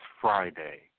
Friday